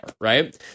right